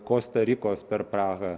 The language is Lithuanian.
kosta rikos per prahą